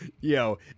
yo